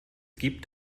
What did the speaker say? gibt